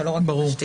ולא רק יבשתיים.